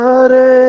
Hare